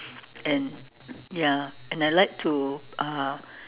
and ya and I like to uh